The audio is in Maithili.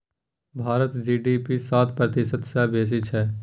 भारतक जी.डी.पी सात प्रतिशत सँ बेसी छै